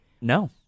no